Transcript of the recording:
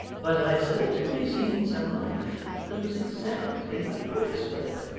but i've certainly seen some life that was exactly like wax-work